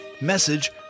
message